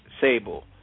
Sable